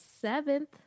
seventh